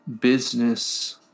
business